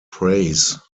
praise